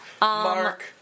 Mark